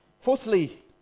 Fourthly